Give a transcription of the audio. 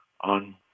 on